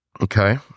Okay